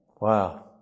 Wow